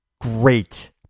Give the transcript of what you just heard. great